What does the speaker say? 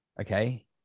okay